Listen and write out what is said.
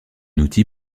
outil